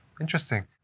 Interesting